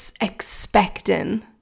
expecting